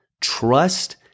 Trust